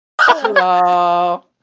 Hello